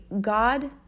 God